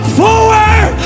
forward